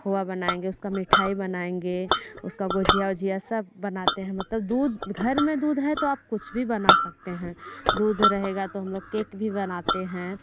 खोया बनाएंगे उसका मिठाई बनाऍंगे उसका गुजिया उजिया सब बनाते हैं मतलब दूध घर में दूध है तो आप कुछ भी बना सकते हैं दूध रहेगा तो हम लोग केक भी बनाते हैं